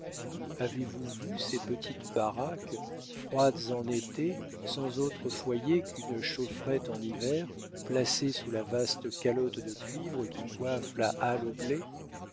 avez-vous vu ces petites baraques froides en été sans autre foyer qu'une chaufferette en hiver placées sous la vaste calotte de cuivre qui coiffe la halle au blé